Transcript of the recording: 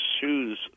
shoes